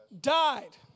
died